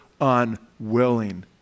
unwilling